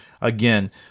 Again